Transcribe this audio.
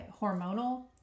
hormonal